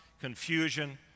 confusion